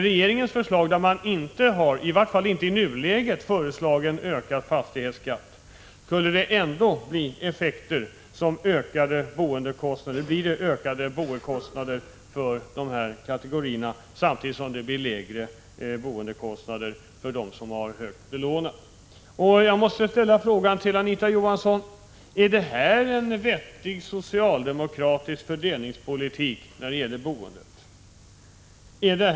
Regeringens förslag, som i varje fall i nuläget inte omfattar ökad fastighetsskatt, innebär ändå ökade boendekostnader för de här kategorierna, samtidigt som det blir lägre boendekostnader för dem som har sina hus högt belånade. Jag måste fråga Anita Johansson: Är det en vettig socialdemokratisk fördelningspolitik när det gäller boendet?